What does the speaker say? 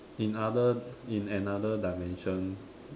in other in another dimension